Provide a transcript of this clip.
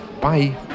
Bye